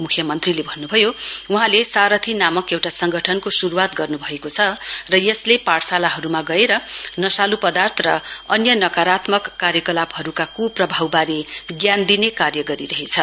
म्ख्यमन्त्रीले भन्नुभयो वहाँले सारथी नामक एउटा संगठनको श्रूवात गर्नुभएको छ र यसले पाठशालाहरूमा गएर नशाल् पदार्थ र अन्य नकारात्मक कार्याकलापहरूका कुप्रभाववारे जान दिने कार्य गरिरहेछ